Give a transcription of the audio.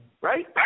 right